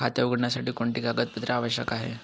खाते उघडण्यासाठी कोणती कागदपत्रे आवश्यक आहे?